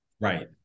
Right